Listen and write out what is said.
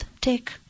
take